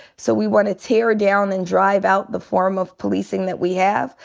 so we wanna tear down and drive out the form of policing that we have.